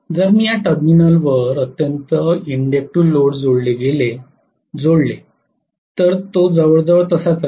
जर मी या टर्मिनलवर अत्यंत इण्डेक्तीव लोड जोडले गेले तर तो जवळजवळ तसाच राहील